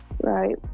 right